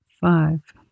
Five